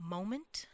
Moment